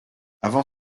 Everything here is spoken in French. avant